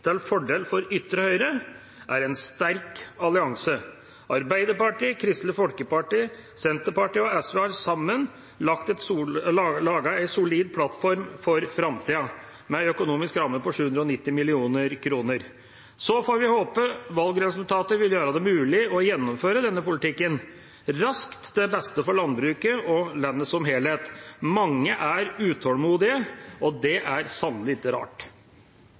til fordel for ytre høyre, er en sterk allianse. Arbeiderpartiet, Kristelig Folkeparti, Senterpartiet og SV har sammen laget en solid plattform for framtiden, med en økonomisk ramme på 790 mill. kr. Så får vi håpe valgresultatet vil gjøre det mulig å gjennomføre denne politikken raskt, til beste for landbruket og landet som helhet. Mange er utålmodige, og det er sannelig ikke rart.